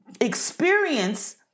experience